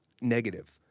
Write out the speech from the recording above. negative